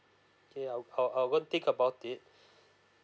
okay I'll I'll I will think about it